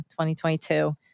2022